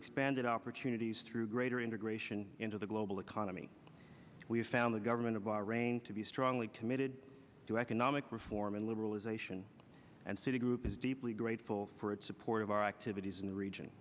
expanded opportunities through greater integration into the global economy we have found the government of bahrain to be strongly committed to economic reform and liberalization and citigroup is deeply grateful for its support of our activities in the region